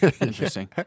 Interesting